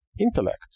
intellect